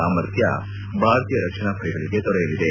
ಸಾಮರ್ಥ್ವ ಭಾರತೀಯ ರಕ್ಷಣಾ ಪಡೆಗಳಿಗೆ ದೊರೆಯಲಿದೆ